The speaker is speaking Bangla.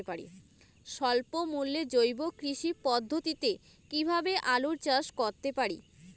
স্বল্প মূল্যে জৈব কৃষি পদ্ধতিতে কীভাবে আলুর চাষ করতে পারি?